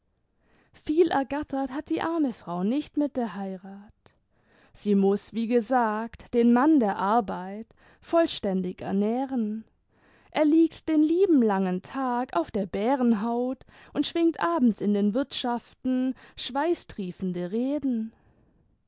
viel ergattert hat die arme frau nicht mit der heirat sie muß wie gesagt den mann der arbeit vollständig ernähren er liegt den lieben langen tag auf der bärenhaut und schwingt abends in den wirtschaften schweißtriefende reden